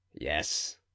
yes